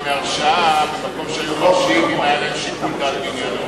מהרשעה במקום שבו היו מרשיעים אם היה להם שיקול דעת ענייני.